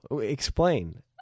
explain